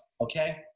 Okay